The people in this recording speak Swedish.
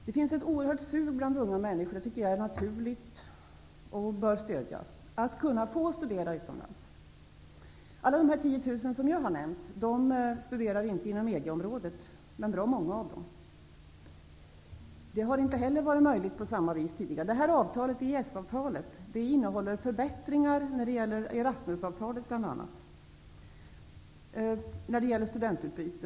Det finns ett oerhört sug bland ungdomar efter möjligheten att få studera utomlands. Det tycker jag är naturligt och det bör stödjas. Alla de 10 000 som jag har nämnt studerar inte inom EG-området, men det är ganska många av dem. Det har inte heller varit möjligt tidigare i samma utsträckning. Erasmusavtalet när det gäller studentutbyte.